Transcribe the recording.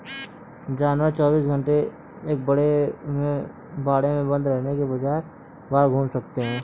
जानवर चौबीस घंटे एक बाड़े में बंद रहने के बजाय बाहर घूम सकते है